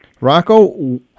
Rocco